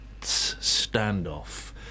standoff